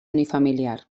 unifamiliar